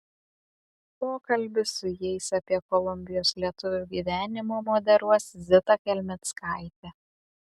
pokalbį su jais apie kolumbijos lietuvių gyvenimą moderuos zita kelmickaitė